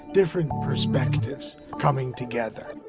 different perspectives coming together